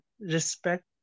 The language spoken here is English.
respect